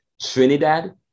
Trinidad